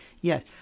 yes